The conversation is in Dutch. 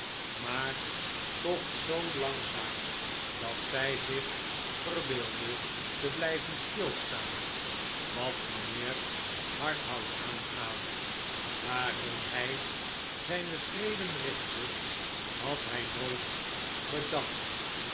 maar toch zoo langzaam dat zij zich verbeeldde te blijven stilstaan wat mijnheer harthouse aangaat waarheen hij zijne schreden richtte had hij nooit bedacht